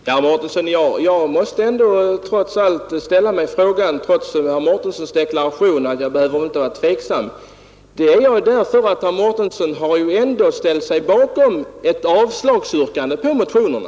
Herr talman! Jag måste ändå ställa mig frågande trots herr Mårtenssons deklarationer att jag inte behöver vara tveksam. Det är jag för att herr Mårtensson ändå ställer sig bakom ett yrkande om avslag på motionerna.